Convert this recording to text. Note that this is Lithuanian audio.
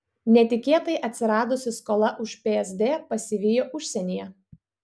netikėtai atsiradusi skola už psd pasivijo užsienyje